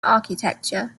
architecture